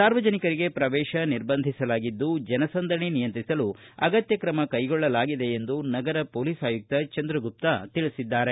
ಸಾರ್ವಜನಿಕರಿಗೆ ಪ್ರವೇಶ ನಿರ್ಬಂಧಿಸಲಾಗಿದ್ದು ಜನಸಂದಣಿ ನಿಯಂತ್ರಿಸಲು ಅಗತ್ತ ಕ್ರಮ ಕೈಗೊಳ್ಳಲಾಗಿದೆ ಎಂದು ನಗರ ಮೊಲೀಸ್ ಆಯುಕ್ತ ಚಂದ್ರಗುಪ್ತಾ ತಿಳಿಸಿದ್ದಾರೆ